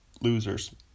losers